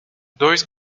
dois